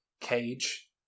Cage